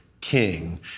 king